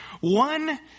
one